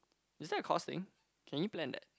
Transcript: is that the cost thing can you plan that